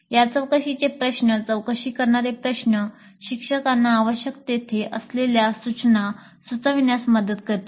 या चौकशीचे प्रश्न चौकशी करणारे प्रश्न शिक्षकांना आवश्यक तेथे असलेल्या सूचना सुचवण्यास मदत करतील